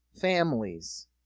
families